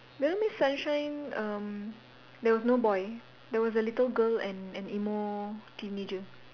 little miss sunshine um there was no boy there was a little girl and an emo teenager